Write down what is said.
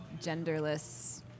genderless